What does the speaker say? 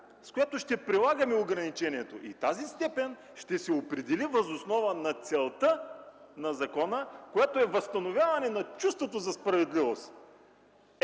с която ще прилагаме ограничението и тази степен ще се определи въз основа на целта на закона, която е възстановяване на чувството за справедливост. Ето